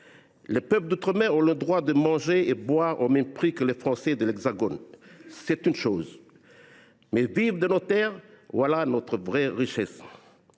Les peuples d’outre mer ont le droit de manger et boire au même prix que les Français de l’Hexagone, c’est une évidence. Mais vivre de nos terres, voilà notre vraie richesse.